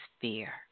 fear